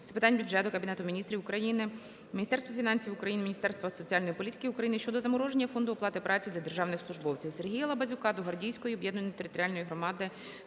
з питань бюджету, Кабінету Міністрів України, Міністерства фінансів України, Міністерства соціальної політики України щодо замороження фонду оплати праці для державних службовців. СергіяЛабазюка до Гвардійської об'єднаної територіальної громади